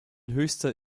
höchster